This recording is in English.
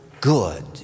good